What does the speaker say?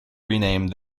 renamed